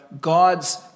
God's